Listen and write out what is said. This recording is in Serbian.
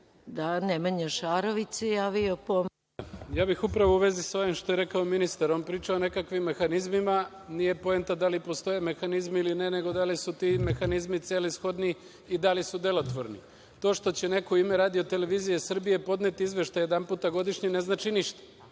amandmanu. **Nemanja Šarović** Ja bih upravo u vezi sa ovim što je rekao ministar. On priča o nekakvim mehanizmima. Nije poenta da li postoje mehanizmi ili ne, nego da li su ti mehanizmi celishodni i da li su delotvorni. To što će neko u ime RTS-a podneti izveštaj jedanput godišnje ne znači ništa,